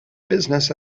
business